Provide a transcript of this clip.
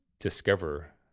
discover